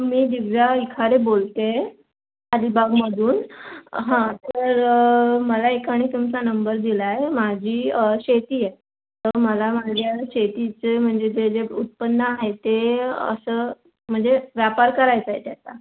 मी दिव्या इखारे बोलते आहे अलिबागमधून हां तर मला एकाने तुमचा नंबर दिला आहे माझी शेती आहे तर मला माझ्या शेतीचे म्हणजे जे जे उत्पन्न आहे ते असं म्हणजे व्यापार करायचा आहे त्याचा